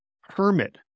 hermit